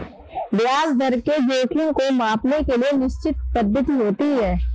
ब्याज दर के जोखिम को मांपने के लिए निश्चित पद्धति होती है